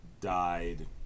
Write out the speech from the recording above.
died